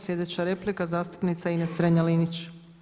Sljedeća replika, zastupnica Ines Strenja-Linić.